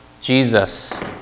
Jesus